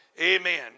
Amen